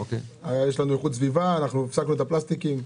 יש לנו איכות סביבה, אנחנו הפסקנו את הפלסטיקים.